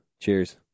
Cheers